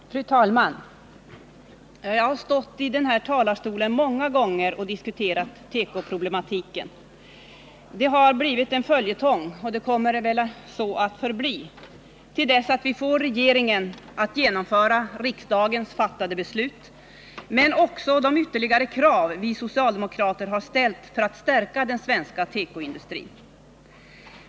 Fru talman! Jag har stått i den här talarstolen många gånger och diskuterat tekoproblematiken. Det har blivit en följetong och kommer att så förbli till dess vi får regeringen att genomföra riksdagens fattade beslut, liksom de ytterligare krav vi socialdemokrater har ställt för att stärka den svenska tekoindustrin.